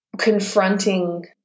confronting